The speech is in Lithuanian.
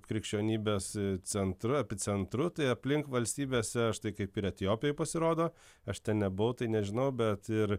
krikščionybės centru epicentru tai aplink valstybėse štai kaip ir etiopijoj pasirodo aš ten nebuvau tai nežinau bet ir